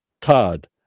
Todd